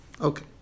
Okay